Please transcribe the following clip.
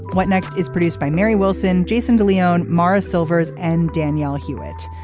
what next is produced by mary wilson jason de leon morris silvers and daniela hewitt.